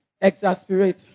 Exasperate